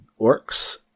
orcs